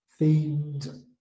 themed